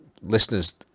listeners